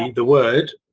the word.